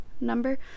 number